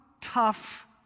tough